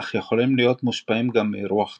אך יכולים להיות מושפעים גם מרוח צולבת.